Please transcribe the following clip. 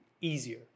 easier